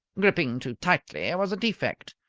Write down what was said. gripping too tightly was a defect,